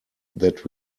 that